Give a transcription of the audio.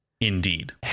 Indeed